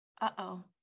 Uh-oh